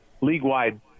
League-wide